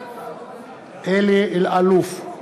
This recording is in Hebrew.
אלי אלאלוף,